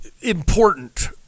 important